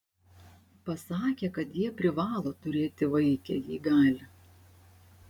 pasakė kad jie privalo turėti vaikę jei gali